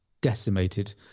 decimated